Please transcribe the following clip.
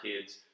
kids